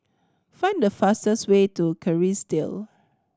find the fastest way to Kerrisdale